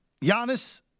Giannis